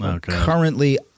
currently